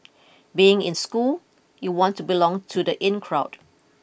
being in school you want to belong to the in crowd